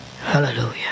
Hallelujah